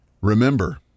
Remember